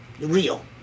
real